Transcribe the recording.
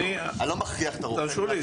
אני לא מכריח את הרופא.